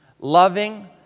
loving